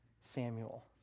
Samuel